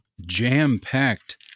jam-packed